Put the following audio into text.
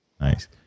Nice